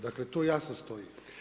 Dakle, to jasno stoji.